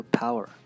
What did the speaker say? power